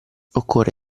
occorre